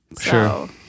Sure